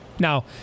Now